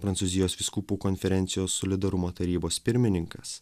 prancūzijos vyskupų konferencijos solidarumo tarybos pirmininkas